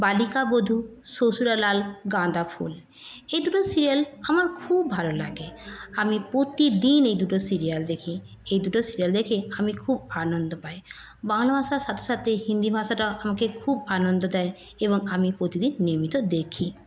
বালিকা বধূ শ্বশুরালাল গাঁদাফুল এই দুটো সিরিয়াল আমার খুব ভালো লাগে আমি প্রতিদিন এই দুটো সিরিয়াল দেখি এই দুটো সিরিয়াল দেখে আমি খুব আনন্দ পাই বাংলা ভাষার সাথে সাথে হিন্দি ভাষাটা আমাকে খুব আনন্দ দেয় এবং আমি প্রতিদিন নিয়মিত দেখি